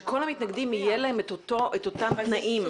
שלכל המתנגדים יהיו אותם תנאים.